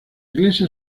iglesia